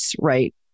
right